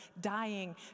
dying